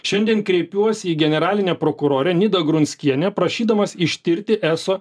šiandien kreipiuosi į generalinę prokurorę nidą grunskienę prašydamas ištirti eso